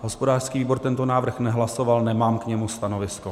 Hospodářský výbor tento návrh nehlasoval, nemám k němu stanovisko.